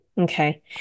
Okay